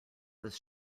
was